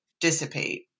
dissipate